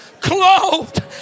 clothed